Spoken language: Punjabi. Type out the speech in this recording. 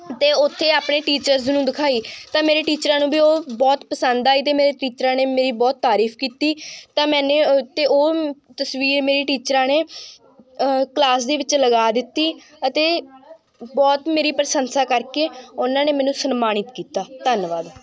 ਅਤੇ ਉੱਥੇ ਆਪਣੇ ਟੀਚਰਸ ਨੂੰ ਦਿਖਾਈ ਤਾਂ ਮੇਰੇ ਟੀਚਰਾਂ ਨੂੰ ਵੀ ਉਹ ਬਹੁਤ ਪਸੰਦ ਆਈ ਅਤੇ ਮੇਰੇ ਟੀਚਰਾਂ ਨੇ ਮੇਰੀ ਬਹੁਤ ਤਾਰੀਫ਼ ਕੀਤੀ ਤਾਂ ਮੈਨੇ ਤਾਂ ਉਹ ਤਸਵੀਰ ਮੇਰੀ ਟੀਚਰਾਂ ਨੇ ਕਲਾਸ ਦੇ ਵਿੱਚ ਲਗਾ ਦਿੱਤੀ ਅਤੇ ਬਹੁਤ ਮੇਰੀ ਪ੍ਰਸ਼ੰਸਾ ਕਰਕੇ ਉਹਨਾਂ ਨੇ ਮੈਨੂੰ ਸਨਮਾਨਿਤ ਕੀਤਾ ਧੰਨਵਾਦ